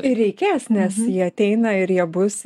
ir reikės nes jie ateina ir jie bus